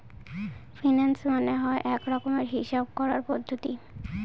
finance মানে হয় এক রকমের হিসাব করার পদ্ধতি